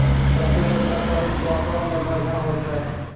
कद्दू के तरकारी स्वादो मे बढ़िया होय छै